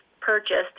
purchased